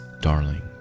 darling